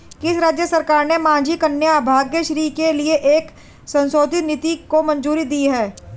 किस राज्य सरकार ने माझी कन्या भाग्यश्री के लिए एक संशोधित नीति को मंजूरी दी है?